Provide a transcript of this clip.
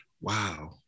Wow